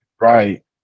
Right